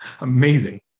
Amazing